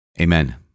Amen